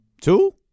Two